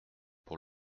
pour